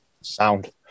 Sound